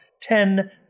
Ten